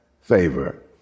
favor